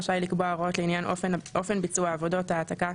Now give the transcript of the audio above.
רשאי לקבוע הוראות לעניין אופן ביצוע עבודות ההעתקה